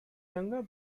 younger